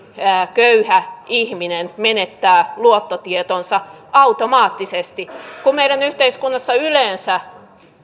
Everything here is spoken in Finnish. köyhä ihminen menettää luottotietonsa automaattisesti kun meidän yhteiskunnassamme yleensä